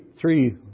three